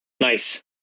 Nice